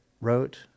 wrote